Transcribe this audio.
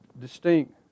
distinct